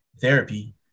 therapy